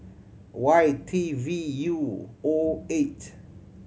Y T V U O eight